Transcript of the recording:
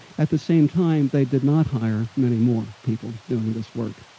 at the same time, they did not hire many more people doing this work.